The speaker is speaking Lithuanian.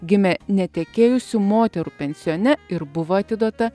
gimė netekėjusių moterų pensione ir buvo atiduota